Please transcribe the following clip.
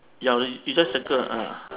jau you you just circle ah